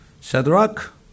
Shadrach